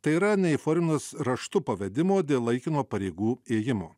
tai yra neįforminus raštu pavedimo dėl laikino pareigų ėjimo